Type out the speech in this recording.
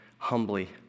humbly